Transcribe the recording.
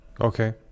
Okay